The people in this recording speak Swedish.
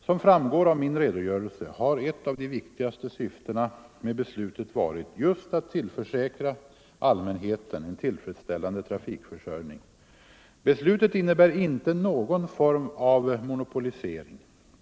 Som framgår av min redogörelse har ett av de viktigaste syftena med beslutet varit just att tillförsäkra allmänheten en tillfredsställande trafikförsörjning. Beslutet innebär inte någon form av monopolisering.